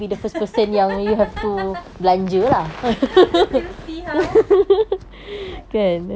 we will see how